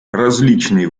различные